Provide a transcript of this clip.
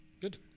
Good